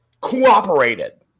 Cooperated